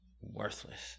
worthless